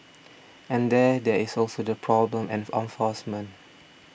and then there is also the problem an enforcement